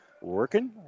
working